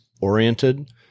oriented